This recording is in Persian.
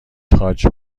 تاج